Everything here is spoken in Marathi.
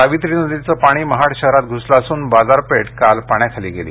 सावित्री नदीचे पाणी महाड शहरात घूसले असून बाजारपेठ काल पाण्याखाली गेली